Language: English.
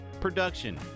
production